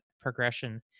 progression